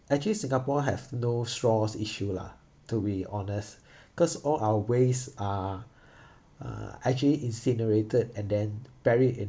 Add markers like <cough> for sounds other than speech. actually singapore have no straws issue lah to be honest <breath> cause all our waste are <breath> uh actually incinerated and then buried in~